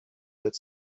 that